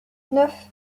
neuf